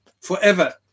forever